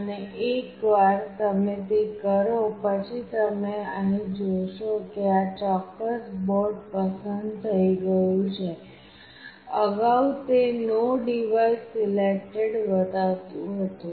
અને એકવાર તમે તે કરો પછી તમે અહીં જોશો કે આ ચોક્કસ બોર્ડ પસંદ થઈ ગયું છે અગાઉ તે નો ડિવાઇસ સિલેક્ટેડ બતાવતું હતું